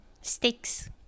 sticks